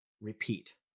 Repeat